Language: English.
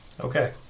Okay